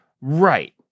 right